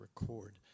record